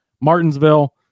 Martinsville